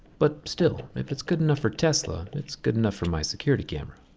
but still, if it's good enough for tesla, it's good enough for my security camera.